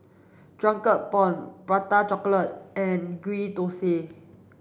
Drunken prawn Prata chocolate and ghee Thosai